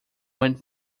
went